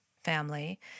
family